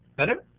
better?